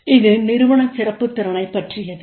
இது நிறுவன சிறப்புத் திறனைப் பற்றியது